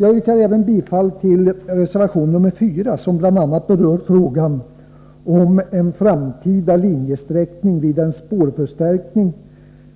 Jag yrkar även bifall till reservation 4, som bl.a. berör frågan om en framtida linjesträckning vid en spårförstärkning